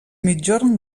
migjorn